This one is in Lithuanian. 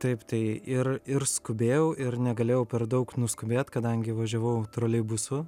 taip tai ir ir skubėjau ir negalėjau per daug nuskubėt kadangi važiavau troleibusu